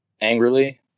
angrily